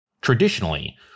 Traditionally